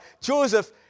Joseph